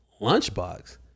lunchbox